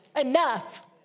enough